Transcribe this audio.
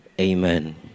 Amen